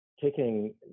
taking